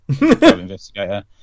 Investigator